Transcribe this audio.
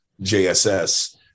JSS